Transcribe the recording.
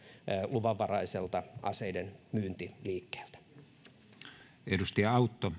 luvanvaraiselta aseidenmyyntiliikkeeltä